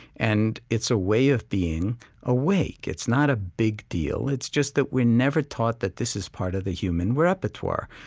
and it's a way of being awake. it's not a big deal it's just that we're never taught that this is part of the human repertoire.